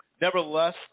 Nevertheless